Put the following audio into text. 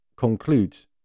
Concludes